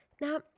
Now